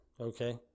Okay